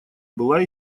была